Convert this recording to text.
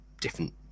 different